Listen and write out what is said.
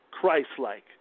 Christ-like